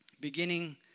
beginning